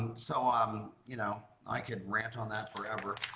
and so um you know i could rant on that forever.